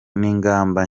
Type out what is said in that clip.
n’ingamba